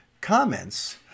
comments